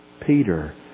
Peter